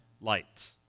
light